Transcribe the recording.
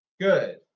Good